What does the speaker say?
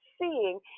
seeing